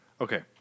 Okay